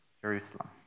Jerusalem